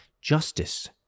Justice